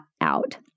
out